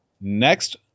next